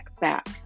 back